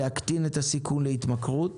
להקטין את הסיכון להתמכרות.